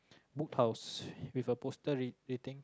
Book House with a poster reading